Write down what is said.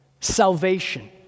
salvation